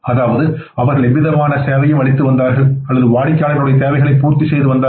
அதாவது அவர்கள் எந்தவிதமான சேவையையும் அளித்து வந்தனர் அல்லது வாடிக்கையாளரின் தேவைகளைப் பூர்த்தி செய்து வந்தனர்